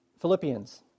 Philippians